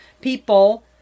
people